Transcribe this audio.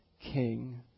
king